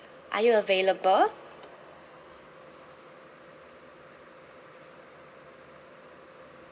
are you available